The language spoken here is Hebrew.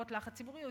בעקבות לחץ ציבורי,